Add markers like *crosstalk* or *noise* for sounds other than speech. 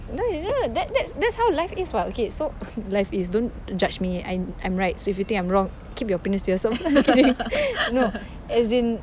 no you know that that's that's how life is what okay so *noise* life is don't judge me I I'm right so if you think I'm wrong keep your opinions to yourself I'm kidding no as in